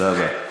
תודה רבה.